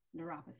neuropathy